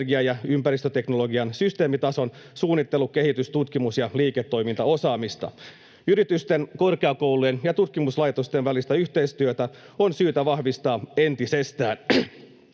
energia- ja ympäristöteknologian systeemitason suunnittelu-, kehi-tys-, tutkimus- ja liiketoimintaosaamista. Yritysten, korkeakoulujen ja tutkimuslaitosten välistä yhteistyötä on syytä vahvistaa entisestään.